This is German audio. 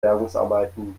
bergungsarbeiten